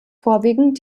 vorwiegend